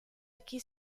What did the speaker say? aquí